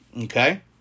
Okay